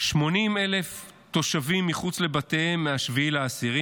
80,000 תושבים מחוץ לבתיהם מ-7 באוקטובר,